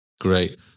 Great